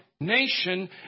nation